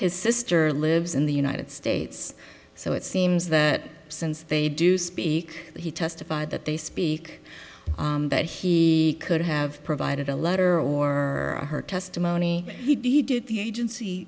his sister lives in the united states so it seems that since they do speak he testified that they speak that he could have provided a letter or her testimony that he did the agency